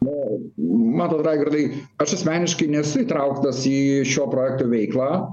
nu matot raigardai aš asmeniškai nesu įtrauktas į šio projekto veiklą